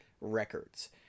records